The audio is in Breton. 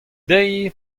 deiz